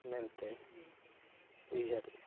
ᱢᱮᱱᱛᱮ ᱩᱭᱦᱟᱹᱨᱼᱟ